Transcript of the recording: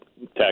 tax